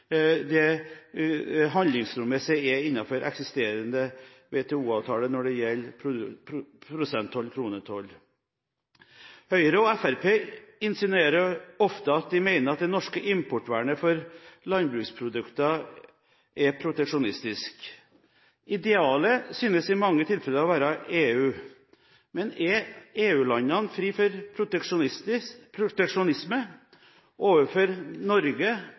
det handlingsrommet som er innenfor eksisterende WTO-avtale når det gjelder prosenttoll/kronetoll. Høyre og Fremskrittspartiet insinuerer ofte at de mener at det norske importvernet for landbruksprodukter er proteksjonistisk. Idealet synes i mange tilfeller å være EU. Men er EU-landene fri for proteksjonisme overfor Norge,